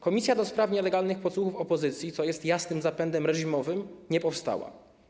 Komisja do spraw nielegalnych podsłuchów opozycji, co jest jasnym zapędem reżimowym, nie powstała.